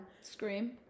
Scream